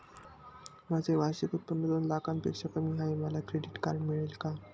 माझे वार्षिक उत्त्पन्न दोन लाखांपेक्षा कमी आहे, मला क्रेडिट कार्ड मिळेल का?